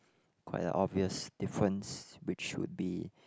quite a obvious difference which should be